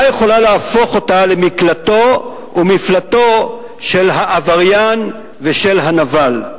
יכולה להפוך אותה למקלטו ומפלטו של העבריין ושל הנבל.